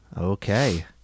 Okay